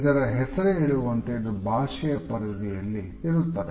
ಇದರ ಹೆಸರೇ ಹೇಳುವಂತೆ ಇದು ಭಾಷೆಯ ಪರಿಧಿಯಲ್ಲಿ ಇರುತ್ತದೆ